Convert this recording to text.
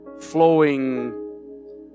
flowing